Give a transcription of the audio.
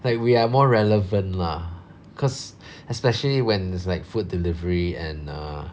like we are more relevant lah because especially when it's like food delivery and err